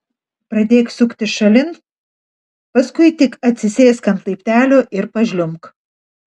pradėk suktis šalin paskui tik atsisėsk ant laiptelio ir pažliumbk